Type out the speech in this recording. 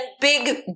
big